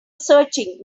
searching